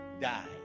die